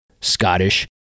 Scottish